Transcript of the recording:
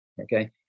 Okay